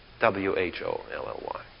W-H-O-L-L-Y